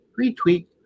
Retweet